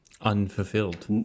Unfulfilled